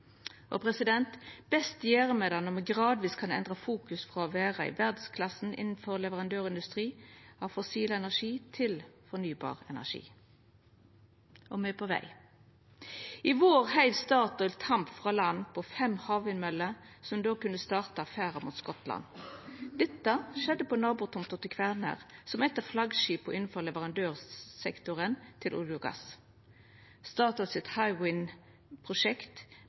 Best gjer me det når me gradvis kan endra fokus frå å vera i verdsklassen innanfor leverandørindustri av fossil energi til fornybar energi. Og me er på veg – i vår heiv Statoil tamp frå land på fem havvindmøller som då kunne starta ferda mot Skottland. Dette skjedde på nabotomta til Kværner, som er eitt av flaggskipa innanfor leverandørsektoren til olje og gass. Statoil sitt